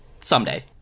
Someday